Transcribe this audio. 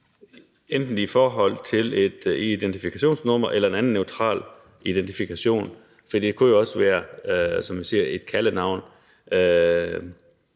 enten i form af et identifikationsnummer eller en anden neutral identifikation, for det kunne jo også, som jeg siger, være et kaldenavn.